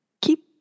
Keep